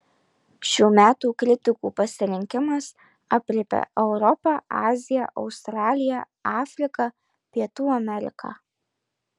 šių metų kritikų pasirinkimas aprėpia europą aziją australiją afriką pietų ameriką